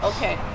Okay